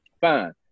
Fine